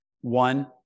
one